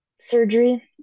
surgery